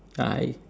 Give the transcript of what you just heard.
lie